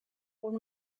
were